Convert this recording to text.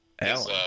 Alan